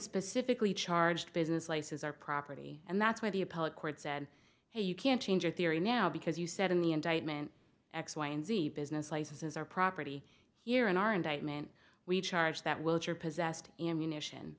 specifically charged business places or property and that's why the appellate court said hey you can't change your theory now because you said in the indictment x y and z business licenses are property here in our indictment we charge that wilcher possessed ammunition